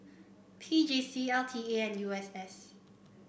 P J C L T A U S S